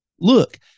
Look